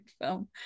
film